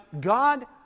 God